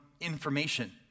information